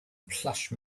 plush